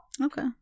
Okay